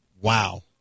Wow